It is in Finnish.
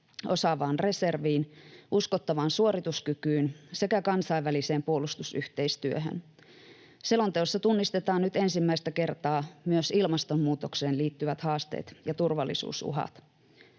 osaavaan reserviin, uskottavaan suorituskykyyn sekä kansainväliseen puolustusyhteistyöhön. Selonteossa tunnistetaan nyt ensimmäistä kertaa myös ilmastonmuutokseen liittyvät haasteet ja turvallisuusuhat.